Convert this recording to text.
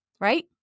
right